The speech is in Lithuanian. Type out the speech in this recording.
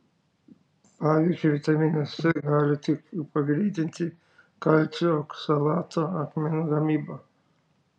pavyzdžiui vitaminas c gali tik pagreitinti kalcio oksalato akmenų gamybą